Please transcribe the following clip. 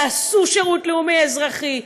תעשו שירות לאומי-אזרחי.